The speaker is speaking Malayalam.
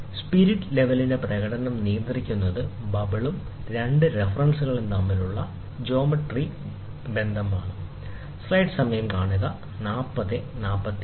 സ്പിരിറ്റ് ലെവലിന്റെ പ്രകടനം നിയന്ത്രിക്കുന്നത് ബബിളും രണ്ട് റഫറൻസുകളും തമ്മിലുള്ള ജ്യാമിതീയ ബന്ധമാണ്